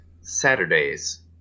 Saturdays